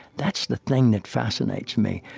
that's the thing that fascinates me.